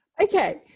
Okay